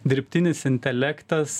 dirbtinis intelektas